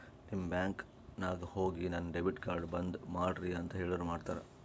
ನೀವ್ ಬ್ಯಾಂಕ್ ನಾಗ್ ಹೋಗಿ ನನ್ ಡೆಬಿಟ್ ಕಾರ್ಡ್ ಬಂದ್ ಮಾಡ್ರಿ ಅಂತ್ ಹೇಳುರ್ ಮಾಡ್ತಾರ